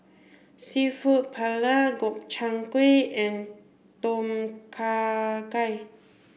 seafood Paella Gobchang Gui and Tom Kha Gai